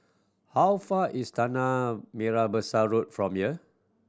how far is Tanah Merah Besar Road from here